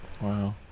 wow